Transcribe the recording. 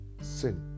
sin